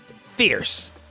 fierce